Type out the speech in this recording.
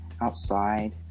outside